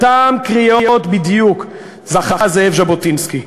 לאותן קריאות בדיוק זכה זאב ז'בוטינסקי.